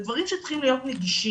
אלה דברים שצריכים להיות נגישים.